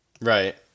Right